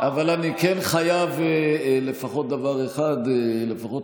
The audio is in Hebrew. חבר הכנסת, אל תסיתו נגדנו.